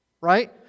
right